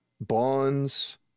bonds